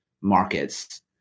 markets